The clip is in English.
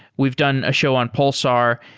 we've done a show on pulsar.